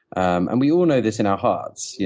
um and we all know this in our hearts. yeah